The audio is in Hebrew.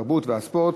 התרבות והספורט,